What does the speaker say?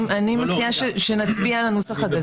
אני מציעה שנצביע על הנוסח הזה,